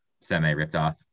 semi-ripped-off